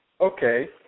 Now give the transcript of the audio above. Okay